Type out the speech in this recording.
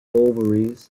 ovaries